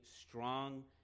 strong